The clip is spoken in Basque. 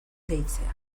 deitzea